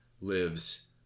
lives